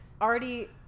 Already